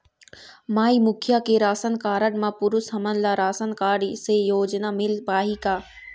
माई मुखिया के ration card म पुरुष हमन ला राशन कारड से योजना मिल पाही का?